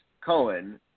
Cohen